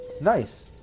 Nice